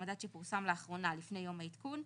המדד שפורסם לאחרונה לפני יום העדכון,